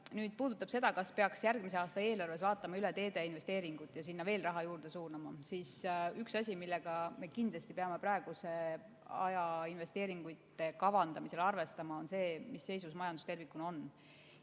Mis puudutab seda, kas peaks järgmise aasta eelarves vaatama üle teedeinvesteeringud ja sinna veel raha juurde suunama, siis üks asi, millega me kindlasti peame praegu investeeringute kavandamisel arvestama, on see, mis seisus majandus tervikuna on.